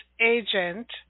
agent